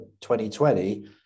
2020